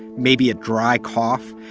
maybe a dry cough.